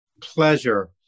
pleasure